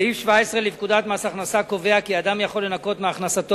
סעיף 17 לפקודת מס הכנסה קובע כי אדם יכול לנכות מהכנסתו